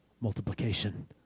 multiplication